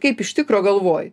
kaip iš tikro galvoji